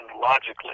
logically